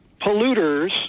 Polluters